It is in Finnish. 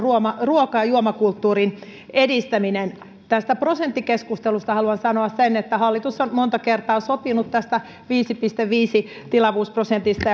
ruoka ja juomakulttuurin edistäminen tästä prosenttikeskustelusta haluan sanoa sen että hallitus on monta kertaa sopinut tästä viiden pilkku viiden tilavuusprosentista